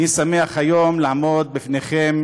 אני שמח היום לעמוד לפניכם